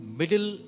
middle